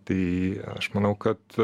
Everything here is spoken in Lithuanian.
tai aš manau kad